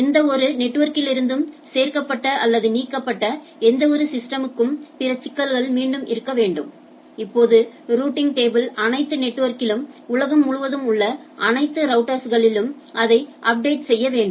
எந்தவொரு நெட்வொர்க்லிருந்தும் சேர்க்கப்பட்ட அல்லது நீக்கப்பட்ட எந்தவொரு சிஸ்டம்க்கும் பிற சிக்கல்கள் மீண்டும் இருக்க வேண்டும் இப்போது ரூட்டிங் டேபிள் அனைத்து நெட்வொர்க்கிலும் உலகம் முழுவதும் உள்ள அனைத்து ரௌட்டர்ஸ்களிலும் அதை அப்டேட் செய்ய வேண்டும்